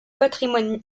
patrimoine